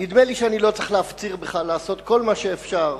נדמה לי שאני לא צריך להפציר בך לעשות כל מה שאפשר